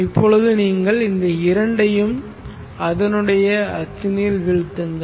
இப்பொழுது நீங்கள் இந்த இரண்டையும் அதனுடைய அச்சினில் விழ்த்துங்கள்